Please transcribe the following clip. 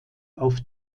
auf